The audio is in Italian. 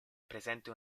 presente